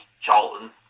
Charlton